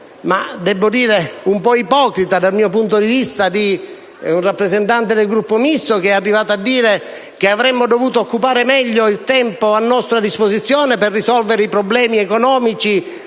ma devo dire un po' ipocrita, dal mio punto di vista, di un rappresentante del Gruppo Misto, che è arrivato a dire che avremmo dovuto occupare meglio il tempo a nostra disposizione per risolvere i problemi economici